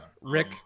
rick